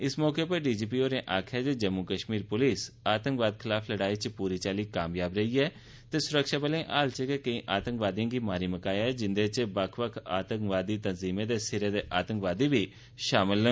इस मौके डीजीपी होरें आक्खेया जे जम्मू कश्मीर पुलिस आंतकवाद खलाफ लड़ाई च पूरी चाल्ली कामयाब रेहई ऐ ते सुरक्षाबलें हाल च गै केंई आंतकवादिएं गी मारी मकाया ऐ जिंदे च बक्ख बक्ख आंतकवादी तंजीमे दे सिरे दे आंतकवादी बी शामल न